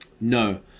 No